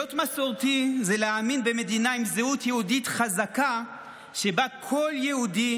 להיות מסורתי זה להאמין במדינה עם זהות יהודית חזקה שבה כל יהודי